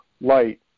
light